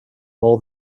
more